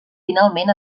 finalment